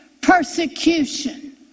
Persecution